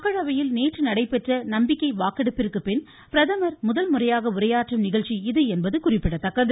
மக்களவையில் நேற்று நடைபெற்ற நம்பிக்கை வாக்கெடுப்பிற்கு பின் பிரதமர் முதல்முறையாக உரையாற்றும் நிகழ்ச்சி இது என்பது குறிப்பிடத்தக்கது